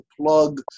plug